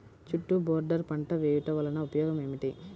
చుట్టూ బోర్డర్ పంట వేయుట వలన ఉపయోగం ఏమిటి?